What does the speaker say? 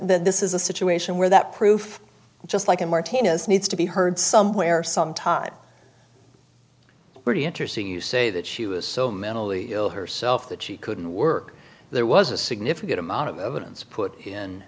then this is a situation where that proof just like a martinez needs to be heard somewhere sometime pretty interesting you say that she was so mentally ill herself that she couldn't work there was a significant amount of evidence put in